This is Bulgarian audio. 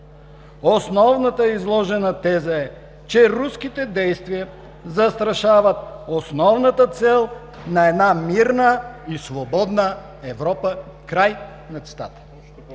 Основната изложена теза е, че руските действия застрашават основната цел на една мирна и свободна Европа.“ Край на цитата.